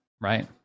right